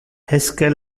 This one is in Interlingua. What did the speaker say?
esque